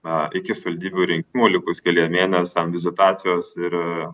na iki savivaldybių rinkimų likus keliem mėnesiam vizitacijos ir